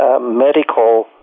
medical